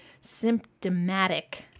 symptomatic